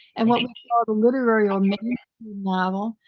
and what a ah and literary um novel,